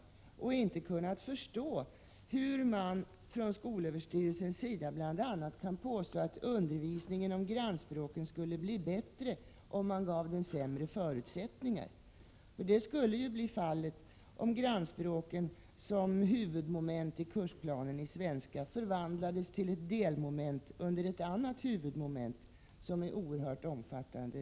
Människor har inte kunnat förstå hur man från skolöverstyrelsens sida bl.a. kan påstå att undervisningen i grannspråken skulle bli bättre, om den fick sämre förutsättningar. Det skulle ju bli fallet, om grannspråken som huvudmoment i kursplanen i svenska förvandlades till ett delmoment under ett annat huvudmoment, som redan är oerhört omfattande.